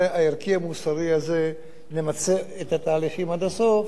הערכי והמוסרי הזה נמצה את התהליכים עד הסוף,